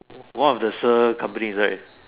one of the s_i_r companies right